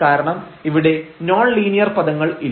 കാരണം ഇവിടെ നോൺലീനിയർ പദങ്ങൾ ഇല്ല